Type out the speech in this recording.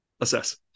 Assess